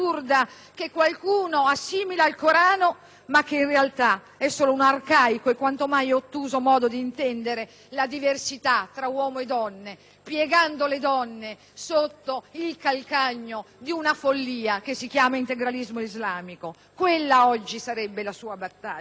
che qualcuno assimila al Corano, ma che, in realtà, è solo un arcaico e quanto mai ottuso modo di intendere la diversità tra uomini e donne, piegando le donne sotto il calcagno di una follia che si chiama integralismo islamico. Quella oggi sarebbe la sua battaglia.